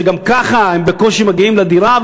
שגם ככה הם בקושי מגיעים לדירה,